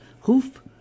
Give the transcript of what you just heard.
hoof